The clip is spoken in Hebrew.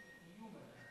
לינדזי אדאריו על כך